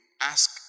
ask